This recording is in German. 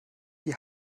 die